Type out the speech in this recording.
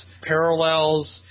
parallels